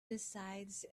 besides